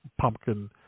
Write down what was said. pumpkin